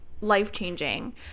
life-changing